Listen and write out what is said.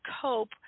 cope